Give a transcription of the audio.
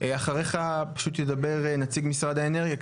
אחריך ידבר נציג משרד האנרגיה,